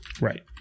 Right